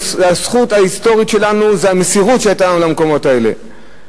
הזכות ההיסטורית שלנו זה המסירות שהיתה לנו למקומות האלה.